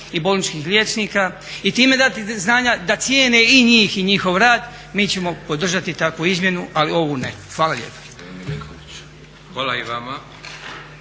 i bolničkih liječnika i time dati do znanja da cijene i njih i njihov rad mi ćemo podržati takvu izmjenu, ali ovu ne. Hvala lijepo. **Leko, Josip